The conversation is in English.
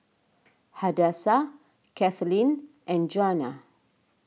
Hadassah Kathaleen and Djuana